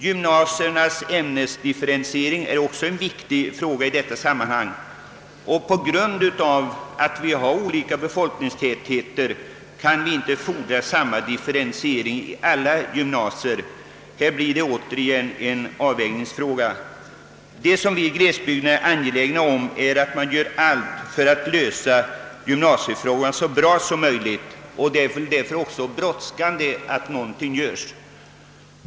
Gymnasiernas ämnesdifferentiering är också en viktig sak i detta sammanhang. På grund av olikheten i befolkningstäthet kan vi inte fordra samma differentiering i alla gymnasier. Här möter åter en avvägningsfråga. Vi i glesbygderna är angelägna om att allt göres för att lösa gymnasiefrågan så bra som möjligt, och det är också brådskande att någonting sker.